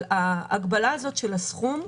אבל ההגבלה הזאת של הסכום,